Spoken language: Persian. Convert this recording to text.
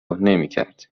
نمیکرد